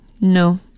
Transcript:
No